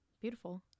Beautiful